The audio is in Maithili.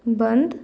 बन्द